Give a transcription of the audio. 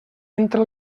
entra